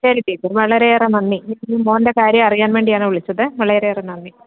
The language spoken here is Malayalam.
ശരി ടീച്ചർ വളരെയേറെ നന്ദി മോൻ്റെ കാര്യം അറിയാൻ വേണ്ടിയാണ് വിളിച്ചത് വളരെയേറെ നന്ദി